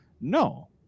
no